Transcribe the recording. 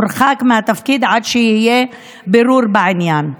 הורחק מהתפקיד עד שיהיה בירור בעניין.